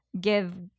give